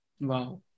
Wow